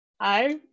Hi